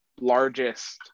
largest